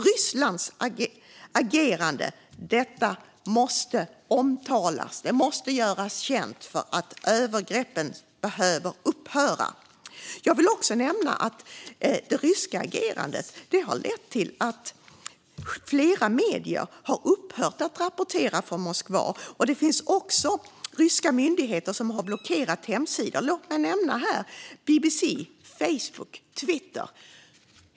Rysslands agerande måste omtalas och göras känt, för övergreppen behöver upphöra. Jag vill också nämna att det ryska agerandet har lett till att flera medier har upphört att rapportera från Moskva. De ryska myndigheterna har också blockerat hemsidor för BBC, Facebook och Twitter.